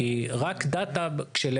האם אתה רוצה להעז ולהביע דעה על